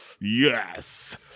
yes